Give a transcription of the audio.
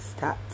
stats